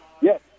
Yes